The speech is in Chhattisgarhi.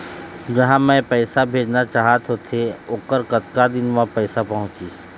जहां मैं पैसा भेजना चाहत होथे ओहर कतका दिन मा पैसा पहुंचिस?